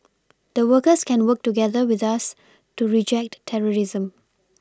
the workers can work together with us to reject terrorism